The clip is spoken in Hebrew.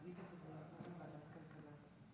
ההצעה להעביר את הצעת חוק הפרות